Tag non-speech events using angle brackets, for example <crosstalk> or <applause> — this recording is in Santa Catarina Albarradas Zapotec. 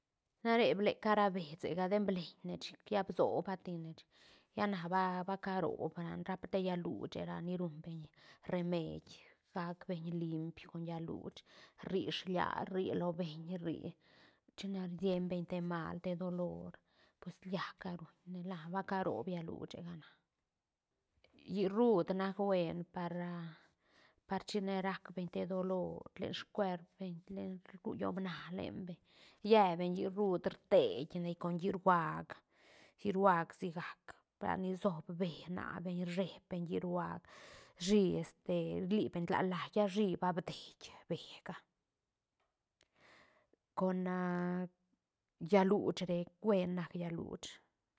Na re bleca ra besega den bleñne chic lla bisoba tine lla na ba- ba carob rane ra pa te llaä luche ra ni ruñ beñ remeid gac beñ liimp con llaä luuch rri slia rri lo beñ rri china rsien beñ te mal te dolor pues llaäc ga ruñne na ba caroob llaä luchegana llií ruut nac buen par a par china raac beñ te dolor leen scuer beñ le ru lloobna len beñ yébeñ llií ruut rteiñne con llií ruag llií ruag si gac balni soob bë na beñ rshe beñ llií ruag shí este rlii beñ tla lait lla shí ba bdieñ bëga con <hesitation> llaä luuch rec huen nac llaä luuch.